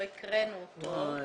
לא דיברו על האפוטרופוס.